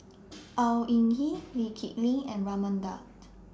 Au Hing Yee Lee Kip Lin and Raman Daud